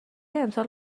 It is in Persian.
امسال